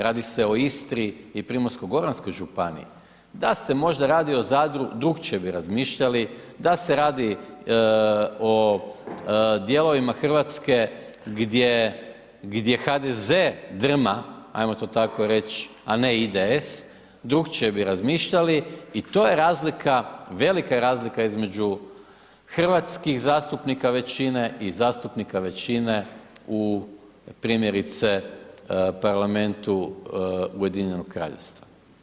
Radi se o Istri i Primorsko-goranskoj županiji, da se možda radi o Zadru drukčije bi razmišljali, da se radi o dijelovima Hrvatske gdje, gdje HDZ drma ajmo to tako reć, a ne IDS drukčije bi razmišljali i to je razlika, velika je razlika između hrvatskih zastupnika većine i zastupnika većine u primjerice parlamentu Ujedinjenog Kraljevstva.